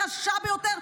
רשע ביותר,